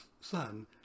son